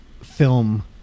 film